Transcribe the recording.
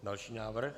Další návrh.